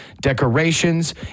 decorations